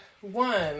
one